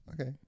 okay